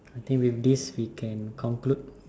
I think with this we can conclude